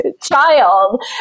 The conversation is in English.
child